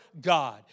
God